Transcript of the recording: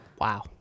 Wow